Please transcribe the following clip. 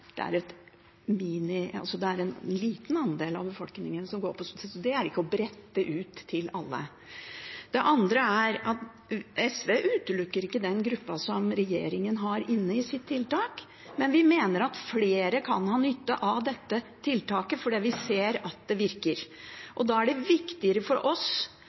Det er en liten andel av befolkningen som går på sosialhjelp. Det er ikke å brette ut til alle. Det andre er at SV ikke utelukker den gruppen som regjeringen har inne i sitt tiltak, men vi mener at flere kan ha nytte av dette tiltaket, fordi vi ser at det virker. Da er det viktigere for oss